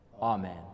Amen